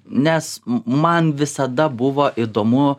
nes man visada buvo įdomu